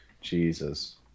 Jesus